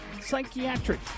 psychiatric